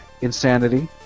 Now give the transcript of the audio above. Insanity